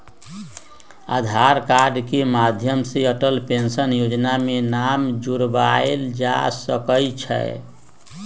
आधार card के माध्यम से अटल पेंशन जोजना में नाम जोरबायल जा सकइ छै